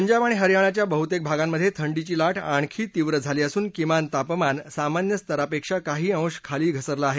पंजाब आणि हरयाणाच्या बहतेक भागांमध्ये थंडीची ला आणखी तीव्र झाली असून किमान तापमान सामान्य स्तरापेक्षा काही अंश खाली घसरलं आहे